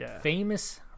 Famous